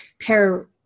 pair